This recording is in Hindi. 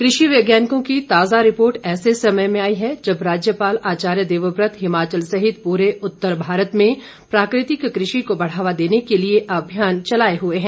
कृषि वैज्ञानिकों की ताज़ा रिपोर्ट ऐसे समय में आई है जब राज्यपाल आचार्य देवव्रत हिमाचल सहित पूरे उत्तर भारत में प्राकृतिक कृषि को बढ़ावा देने के लिए अभियान चलाए हुए हैं